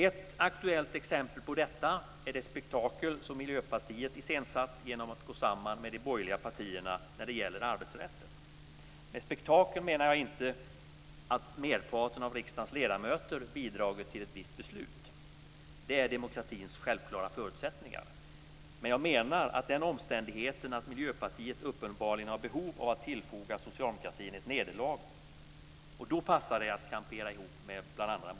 Ett aktuellt exempel på detta är det spektakel som Miljöpartiet iscensatt genom att gå samman med de borgerliga partierna när det gäller arbetsrätten. Med spektakel menar jag inte att merparten av riksdagens ledamöter bidragit till ett visst beslut - det är demokratins självklara förutsättningar - men jag menar att den omständigheten att Miljöpartiet uppenbarligen har behov av att tillfoga socialdemokratin ett nederlag gör att det passar sig att kampera ihop med bl.a.